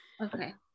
Okay